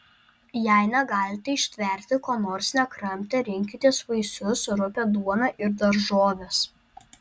jei negalite ištverti ko nors nekramtę rinkitės vaisius rupią duoną ir daržoves